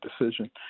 decision